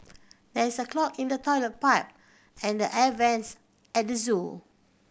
there is a clog in the toilet pipe and the air vents at the zoo